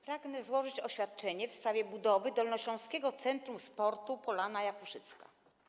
Pragnę złożyć oświadczenie w sprawie budowy Dolnośląskiego Centrum Sportu na Polanie Jakuszyckiej.